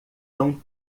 tão